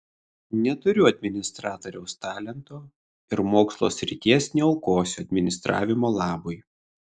neturiu administratoriaus talento ir mokslo srities neaukosiu administravimo labui